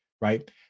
right